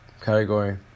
category